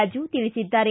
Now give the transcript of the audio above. ರಾಜು ತಿಳಿಸಿದ್ದಾರೆ